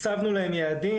הצבנו להם יעדים,